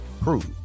prove